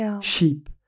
sheep